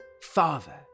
Father